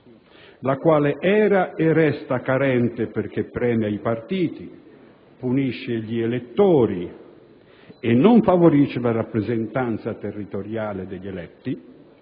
la quale era e resta carente perché premia i partiti, punisce gli elettori e non favorisce la rappresentanza territoriale degli eletti,